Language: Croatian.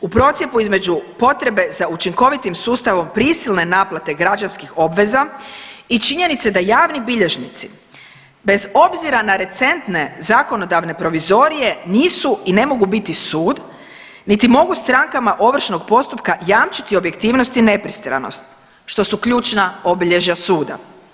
U procjepu između potrebe za učinkovitim sustavom prisilne naplate građanskih obveza i činjenice da javni bilježnici bez obzira na recentne zakonodavne provizorije nisu i ne mogu biti sud, niti mogu strankama ovršnog postupka jamčiti objektivnost i nepristranost što su ključna obilježja suda.